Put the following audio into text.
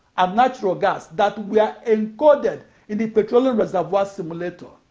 um natural gas that were encoded in the petroleum reservoir simulator.